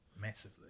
Massively